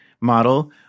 model